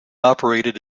operated